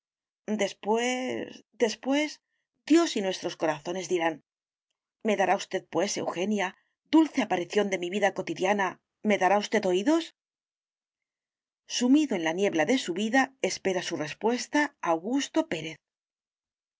después después dios y nuestros corazones dirán me dará usted pues eugenia dulce aparición de mi vida cotidiana me dará usted oídos sumido en la niebla de su vida espera su respuesta augusto